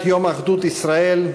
את יום אחדות ישראל,